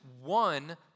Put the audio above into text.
one